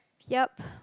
yup